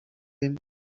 him